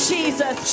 Jesus